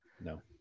no